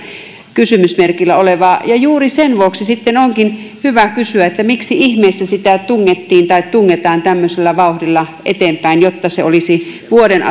kysymysmerkillä olevaa ja juuri sen vuoksi sitten onkin hyvä kysyä miksi ihmeessä sitä tungetaan tämmöisellä vauhdilla eteenpäin jotta se olisi vuoden